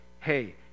Hey